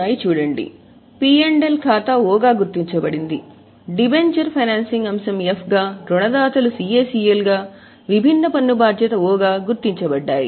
కాబట్టి P L ఖాతా O గా గుర్తించబడింది డిబెంచర్ ఫైనాన్సింగ్ అంశం F రుణదాతలు CACL విభిన్న పన్ను బాధ్యత O